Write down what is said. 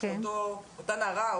שאותה נערה,